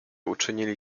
uczynili